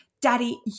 daddy